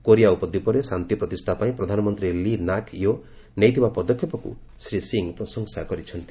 Korea ଉପଦ୍ୱୀପରେ ଶାନ୍ତି ପ୍ରତିଷ୍ଠା ପାଇଁ ପ୍ରଧାନମନ୍ତ୍ରୀ ଲି ନାକ୍ ୟୋ ନେଇଥିବା ପଦକ୍ଷେପକୁ ଶ୍ରୀ ସିଂ ପ୍ରଶଂସା କରିଚ୍ଛନ୍ତି